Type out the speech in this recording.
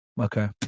okay